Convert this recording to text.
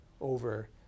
over